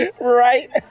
Right